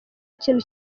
ikintu